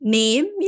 name